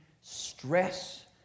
stress